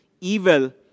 evil